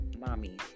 mommy